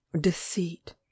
deceit